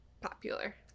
popular